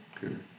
Good